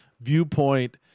viewpoint